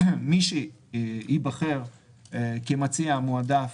מי שייבחר כמציע המועדף